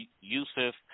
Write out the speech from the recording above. Yusuf